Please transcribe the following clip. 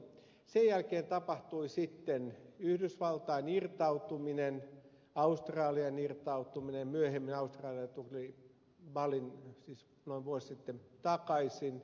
sen jälkeen tapahtui sitten yhdysvaltain irtautuminen australian irtautuminen myöhemmin noin vuosi sitten australia tuli takaisin